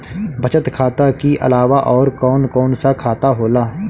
बचत खाता कि अलावा और कौन कौन सा खाता होला?